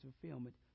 fulfillment